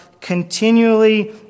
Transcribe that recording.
continually